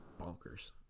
Bonkers